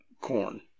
corn